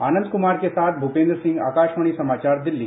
आनंद कुमार के साथ भूपेन्द्र सिंह आकाशवाणी समाचार दिल्ली